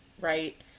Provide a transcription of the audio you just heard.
right